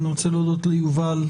אני רוצה להודות ליובל,